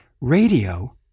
Radio